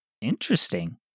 Interesting